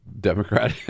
Democrat